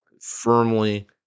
firmly